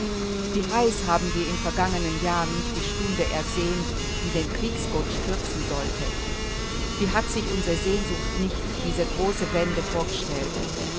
wie heiß haben wir in vergangenen jahren nicht die stunde ersehnt die den kriegsgott stürzen sollte wie hat sich unsere sehnsucht nicht diese große wende vorgestellt